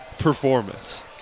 performance